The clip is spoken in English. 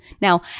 Now